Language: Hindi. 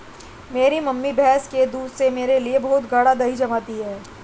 मेरी मम्मी भैंस के दूध से मेरे लिए बहुत ही गाड़ा दही जमाती है